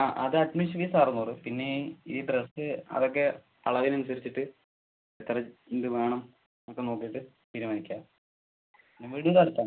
ആ അത് admission fees അറുനൂറ് പിന്നെ ഈ ഡ്രസ്സ് അതൊക്കെ അളവിനനുസരിച്ചിട്ട് എത്ര ഇഞ്ച് വേണം അതൊക്കെ നോക്കിയിട്ട് തീരുമാനിക്കാം മ് വീടിൻ്റെ അടുത്താണോ